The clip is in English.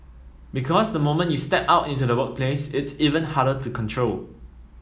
because the moment you step out into the workplace it's even harder to control